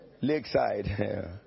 Lakeside